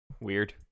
Weird